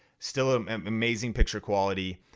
still um an amazing picture quality,